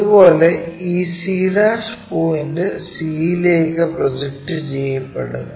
അതുപോലെ ഈ c' point c യിലേക്ക് പ്രൊജക്റ്റ് ചെയ്യപ്പെടുന്നു